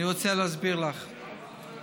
אני רוצה להסביר לך בתמצית.